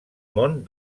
món